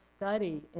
study